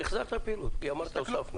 החזרת לפעילות, כי אמרת הוספנו.